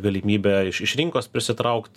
galimybę iš iš rinkos prisitraukt